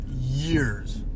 Years